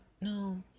no